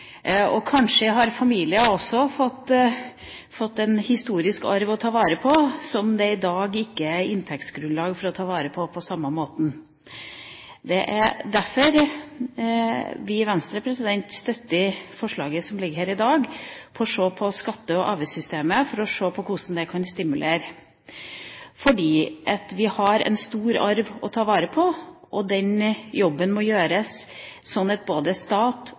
Kanskje har familier fått en historisk arv å ta vare på som det i dag ikke er inntektsgrunnlag for å ta vare på på samme måten. Det er derfor vi i Venstre støtter forslaget som ligger her i dag, om å se på skatte- og avgiftssystemet og hvordan det kan virke stimulerende. Vi har en stor arv å ta vare på, og den jobben må gjøres slik at både stat